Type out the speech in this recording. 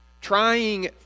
Trying